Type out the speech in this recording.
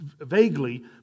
vaguely